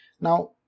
Now